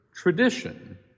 tradition